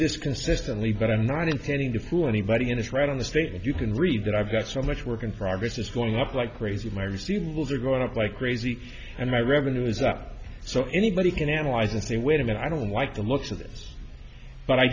this consistently but i'm not intending to fool anybody and it's right on the state if you can read that i've got so much work in progress just going up like crazy my receivables are going up like crazy and my revenue is up so anybody can analyze this thing wait a minute i don't like the looks of this but i